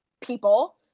people